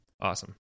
Awesome